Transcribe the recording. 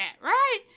right